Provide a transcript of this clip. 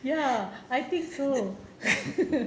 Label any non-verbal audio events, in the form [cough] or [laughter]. ya I think so [laughs]